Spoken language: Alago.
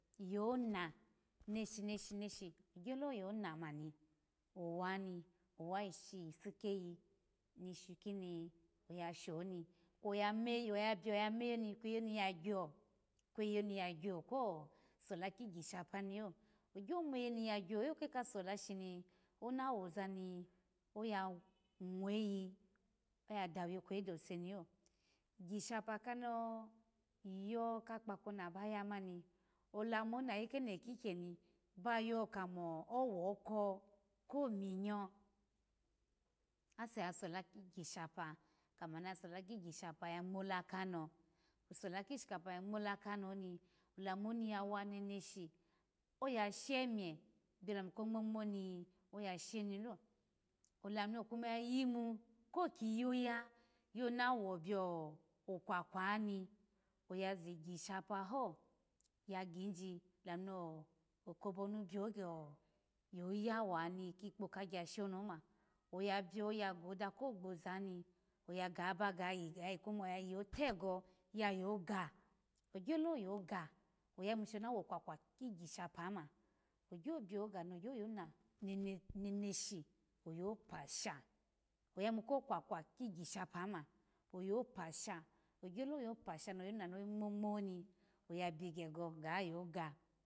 Yo na neshi ogyolo yo na mani wani owa yipu keyi nishu kimi oya sho ni kwo yameyi kwo biyo ya meyi oni ya gyo kweyi oni ya gyo ko hola kigishapani yo ogyo meyi oni ya gyolo ke kasola shomni ona woza ni oya mweyi oya dawo ikweyi dose milo kigshipa kano yo kakpako na ba ya mani oamoni ayi keno kikyeni bayo kamo owoko kominyo ase ya sola kigishapa kamo ya sola kigishapa ya ngmola kano sola kigi shapa ya ngmola kano lamo oni ya wa neshi oya shemye biyo lamu kongmo ngmo ni yo oya sheniyo alamu ni oki yayimu koki yoya yo na wo biyo okwakwa ni oya zigishapaho ya ginji olamu no kobona bi ye oya wanihi ikpokagyashi ni oma oya biyo yagoda ko gbogba ni oya ga aba ga koma oya yo tego ya yo gila ogyolo yo gila oya yomu shini ona wo kwakwa kiyishapa oma ogyo biyo ga nogyo yo na neneshi oya pasha oya yimu ko kwakwa kigishapa na oya pasha ogyolo pasha no yona nongmongmo mi oya bi gego ya yo ga